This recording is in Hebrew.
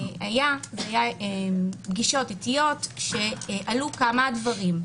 היו פגישות איטיות שעלו בהן כמה דברים.